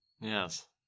Yes